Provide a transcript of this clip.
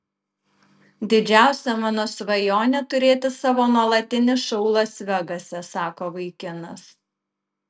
didžiausia mano svajonė turėti savo nuolatinį šou las vegase sako vaikinas